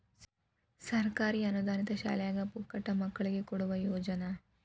ಸರ್ಕಾರಿ ಅನುದಾನಿತ ಶಾಲ್ಯಾಗ ಪುಕ್ಕಟ ಮಕ್ಕಳಿಗೆ ಕೊಡುವ ಯೋಜನಾ